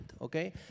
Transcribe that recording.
okay